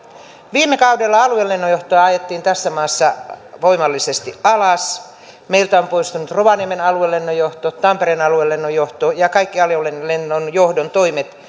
viime kaudella aluelennonjohtoa ajettiin tässä maassa voimallisesti alas meiltä on poistunut rovaniemen aluelennonjohto ja tampereen aluelennonjohto ja kaikki aluelennonjohdon toimet